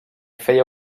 feia